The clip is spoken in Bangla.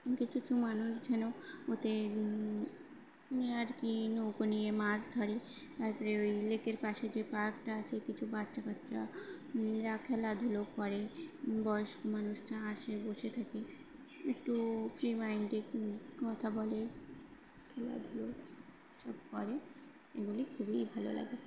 কিছু কিছু মানুষ যেন ওতে আর কি নৌকো নিয়ে মাছ ধরে তারপরে ওই লেকের পাশে যে পার্কটা আছে কিছু বাচ্চাকাচ্চারা খেলাধুলো করে বয়স্ক মানুষরা আসে বসে থাকে একটু ফ্রি মাইন্ডে কথা বলে খেলাধুলো সব করে এগুলি খুবই ভালো লাগে